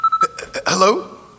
Hello